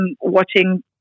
watching